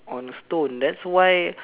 on stone that's why